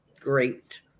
Great